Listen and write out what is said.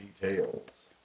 details